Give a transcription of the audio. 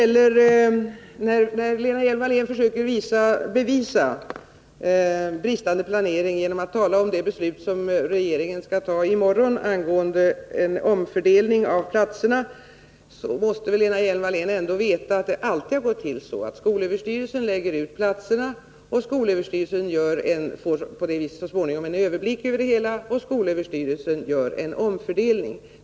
Lena Hjelm-Wallén försöker bevisa den bristande planeringen genom att tala om det beslut som regeringen i morgon skall fatta om en omfördelning av platserna. Lena Hjelm-Wallén måste väl ändå veta att det alltid har gått till så att skolöverstyrelsen lagt ut platserna, så att den på det sättet så småningom fått en överblick över det hela, och sedan beslutat om en omfördelning.